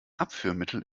abführmittel